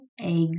eggs